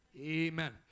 Amen